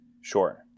Sure